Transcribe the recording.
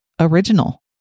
original